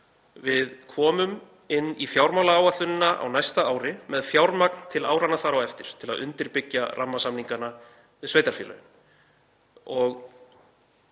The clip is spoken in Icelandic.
„Við komum því inn í fjármálaáætlunina á næsta ári með fjármagn til áranna þar á eftir til að undirbyggja rammasamningana við sveitarfélögin.“